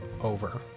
over